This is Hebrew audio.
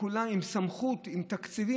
שכולם עם סמכות, עם תקציבים.